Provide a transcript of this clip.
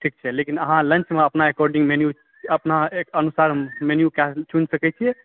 ठीक छै लेकिन अहाँ लन्चमे अपना अकॉर्डिंग मेन्यू अपना अनुसार मेन्यूके चुनि सकै छियै